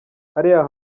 hariya